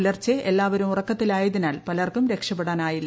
പുലർച്ചെ എല്ലാവരും ഉറക്കത്തിലായതിനാൽ പലർക്കും രക്ഷപ്പെടാനായില്ല